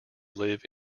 live